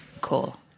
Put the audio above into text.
cool